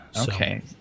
Okay